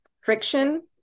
friction